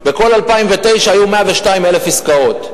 בכל 2009 היו 102,000 עסקאות,